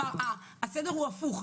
כלומר, הסדר הוא הפוך.